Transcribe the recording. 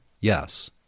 Yes